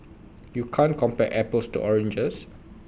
you can't compare apples to oranges